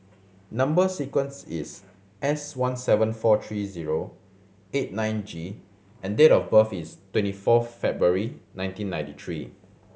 number sequence is S one seven four three zero eight nine G and date of birth is twenty four February nineteen ninety three